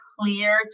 clear